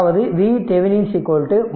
அதாவது v Thevenin 30